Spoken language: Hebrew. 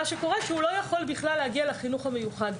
מה שקורה, שהוא לא יכול בכלל להגיע לחינוך המיוחד.